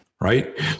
right